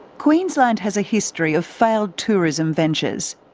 queensland has a history of failed tourism ventures.